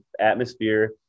atmosphere